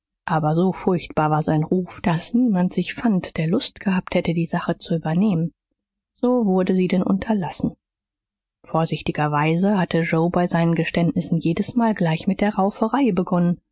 aber so furchtbar war sein ruf daß niemand sich fand der lust gehabt hätte die sache zu übernehmen so wurde sie denn unterlassen vorsichtigerweise hatte joe bei seinen geständnissen jedesmal gleich mit der rauferei begonnen